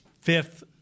fifth